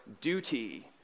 duty